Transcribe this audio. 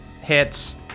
Hits